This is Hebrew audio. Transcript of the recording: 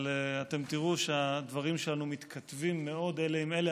אבל אתם תראו שהדברים שלנו מתכתבים מאוד אלה עם אלה.